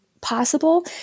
possible